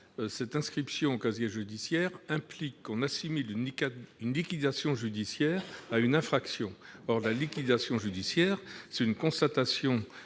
telle mention au casier judiciaire implique qu'on assimile une liquidation judiciaire à une infraction. Or la liquidation judiciaire, c'est la constatation